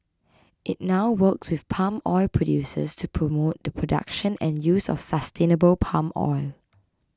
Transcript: it now works with palm oil producers to promote the production and use of sustainable palm oil